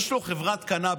יש לו חברת קנביס.